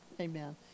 Amen